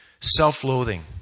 Self-loathing